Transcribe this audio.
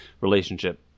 relationship